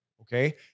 Okay